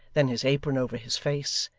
then his apron over his face,